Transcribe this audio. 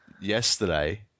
yesterday